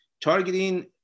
Targeting